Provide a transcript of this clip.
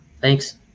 Thanks